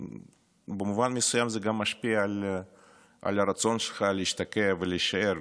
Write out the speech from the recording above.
במובן מסוים זה גם משפיע על הרצון שלך להשתקע ולהישאר,